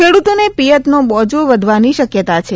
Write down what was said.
ખેડૂતોને પિયતનો બોજો વધવાની શક્યતા છે